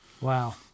Wow